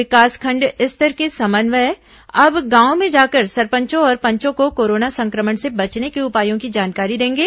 विकासखंड स्तर के समन्वय अब गांवों में जाकर सरपंचों और पंचों को कोरोना संक्रमण से बचने के उपायों की जानकारी देंगे